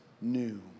new